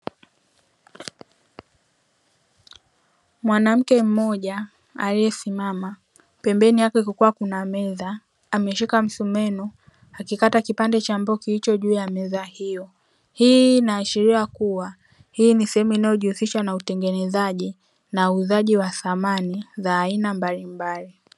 Mwanamke mmoja aliyesimama, pembeni yake kukiwa kuna meza, ameshika msumeno akikata kipande cha mbao kilicho juu ya meza hiyo. Hii inaashiria kuwa, hii ni sehemu inayojihusisha na utengenezaji na uuzaji wa samani za aina mbalimbali.